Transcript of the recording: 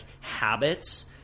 habits